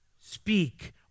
speak